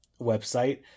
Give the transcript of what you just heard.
website